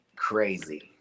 Crazy